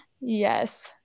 yes